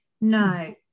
no